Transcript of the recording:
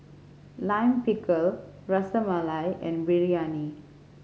Lime Pickle Ras Malai and Biryani